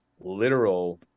literal